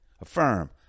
Affirm